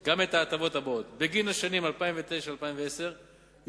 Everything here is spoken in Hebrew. גם את ההטבות האלה: בגין השנים 2009 2010 יוקצו